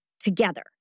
together